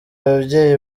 babyeyi